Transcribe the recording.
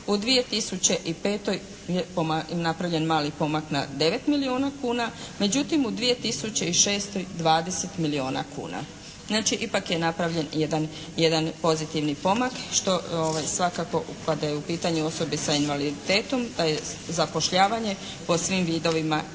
U 2005. je napravljen mali pomak na 9 milijuna kuna. Međutim u 2006. 20 milijuna kuna. Znači ipak je napravljen jedan pozitivni pomak što svakako kada je u pitanju osobe sa invaliditetom da je zapošljavanje po svim vidovima itekako